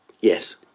Yes